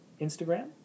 Instagram